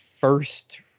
first